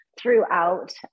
throughout